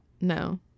No